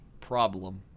Problem